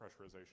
pressurization